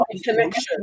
connection